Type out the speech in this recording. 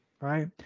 Right